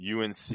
UNC